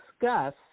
discuss